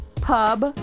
Pub